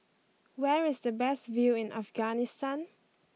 where is the best view in Afghanistan